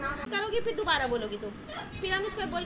ইন্টারনেটের বিভিন্ন ওয়েবসাইটে এ ফিনান্সিয়াল ডেটা বিক্রি করে